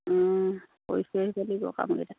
খৰি চৰি কাটি